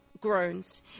groans